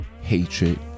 hatred